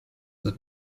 that